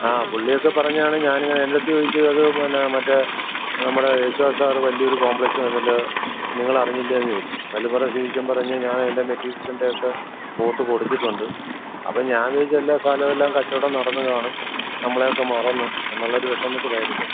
ആ പുള്ളിയൊക്കെ പറഞ്ഞാണ് ഞാൻ എൻ്റെയെടുത്ത് ചോദിച്ചു അത് പിന്നെ മറ്റേ നമ്മുടെ യേശുദാസ് സാറ് വലിയൊരു കോംപ്ലക്സ് വാങ്ങിയല്ലോ നിങ്ങളറിഞ്ഞില്ലെന്ന് ചോദിച്ചു കല്ലുംപുറം സതീശൻ പറഞ്ഞു ഞാൻ അതിൻ്റെ മെറ്റീരിയൽസിൻ്റെയോക്കെ കോട്ട് കൊടുത്തിട്ടുണ്ട് അപ്പം ഞാൻ വിചാരിച്ചു എല്ലാ സ്ഥലമെല്ലാം കച്ചോടം നടന്ന് കാണും നമ്മളെയൊക്കെ മറന്ന് എന്നുള്ളൊരു വിഷമത്തിലായിരിക്കാം